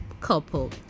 couple